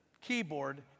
keyboard